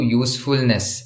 usefulness